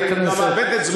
אני גם מאבד את זמני.